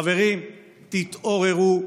חברים, תתעוררו.